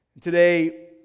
Today